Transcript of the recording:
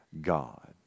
God